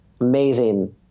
amazing